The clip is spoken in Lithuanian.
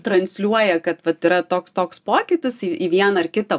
transliuoja kad vat yra toks toks pokytis į į vieną ar kitą